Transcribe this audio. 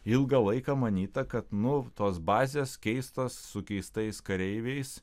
ilgą laiką manyta kad nu tos bazės keistos su keistais kareiviais